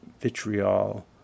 vitriol